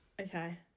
Okay